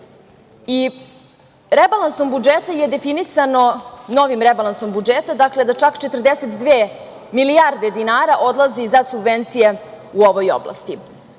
oblasti. Rebalansom budžeta je definisano, novim rebalansom budžeta, dakle, da čak 42 milijarde dinara odlazi za subvencije u ovoj oblasti. Pored